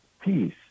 peace